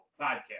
podcast